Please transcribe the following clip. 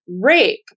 rape